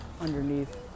underneath